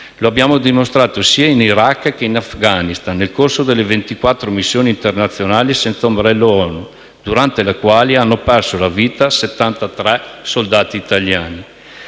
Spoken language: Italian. Lo abbiamo dimostrato sia in Iraq che in Afghanistan nel corso delle 24 missioni internazionali senza ombrello ONU, durante le quali hanno perso la vita 73 soldati italiani.